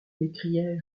m’écriai